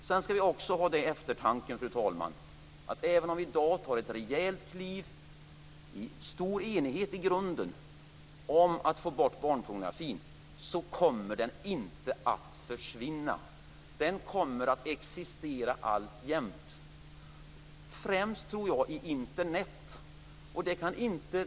Sedan skall vi också ha i eftertanke att även om vi i dag tar ett rejält kliv i stor enighet i grunden om att få bort barnpornografin så kommer den inte att försvinna. Den kommer att existera alltjämt, och jag tror främst att den kommer att finnas på Internet.